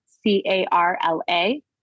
C-A-R-L-A